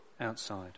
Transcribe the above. outside